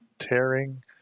tearing